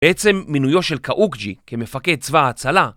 בעצם מינויו של קאוקג׳י, כמפקד צבא ההצלה